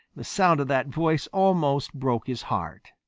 the sound of that voice almost broke his heart.